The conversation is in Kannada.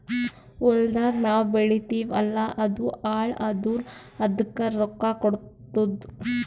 ಹೊಲ್ದಾಗ್ ನಾವ್ ಬೆಳಿತೀವಿ ಅಲ್ಲಾ ಅದು ಹಾಳ್ ಆದುರ್ ಅದಕ್ ರೊಕ್ಕಾ ಕೊಡ್ತುದ್